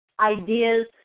ideas